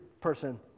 person